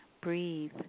breathe